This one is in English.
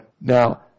Now